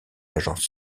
agents